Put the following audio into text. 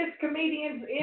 comedians